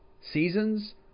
Seasons